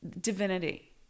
divinity